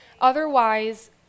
Otherwise